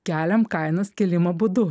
keliam kainas kėlimo būdu